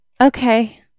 Okay